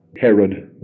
Herod